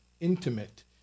intimate